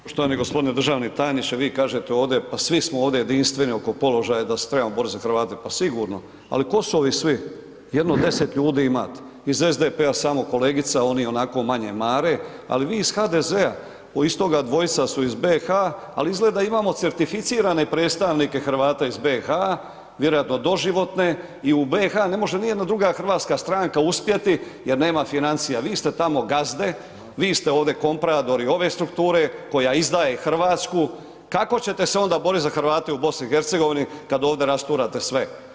Poštovani g. državni tajniče, vi kažete ovdje, pa svi smo ovdje jedinstveni oko položaja da se trebamo borit za Hrvate, pa sigurno, ali tko su ovi svi, jedno 10 ljudi imate, iz SDP-a samo kolegica, oni ionako manje mare, ali vi iz HDZ-a, od istoga dvojica su iz BiH, ali izgleda imamo certificirane predstavnike Hrvata iz BiH, vjerojatno doživotne i u BiH ne može nijedna druga hrvatska stranka uspjeti jer nema financija, vi ste tamo gazde, vi ste ovdje kompradori ove strukture koja izdaje RH, kako ćete se onda borit za Hrvate u BiH kad ovdje rasturate sve?